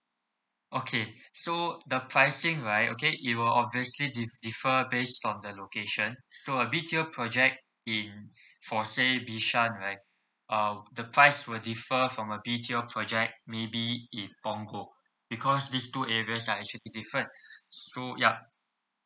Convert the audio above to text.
okay so the pricing right okay it will obviously di~ differ based on the location so a B_T_O project in for say bishan right uh the price will differ from a B_T_O project may be in punggol because these two areas are actually different so ya